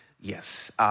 Yes